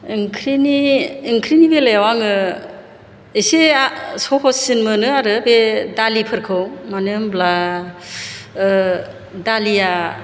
ओंख्रिनि बेलायाव आङो एसे सहससिन मोनो आरो बे दालिफोरखौ मानो होनब्ला दालिया